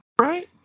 right